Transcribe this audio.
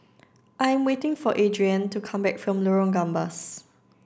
I'm waiting for Adriane to come back from Lorong Gambas